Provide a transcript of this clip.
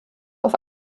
auf